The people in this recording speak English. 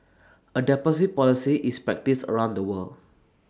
A deposit policy is practised around the world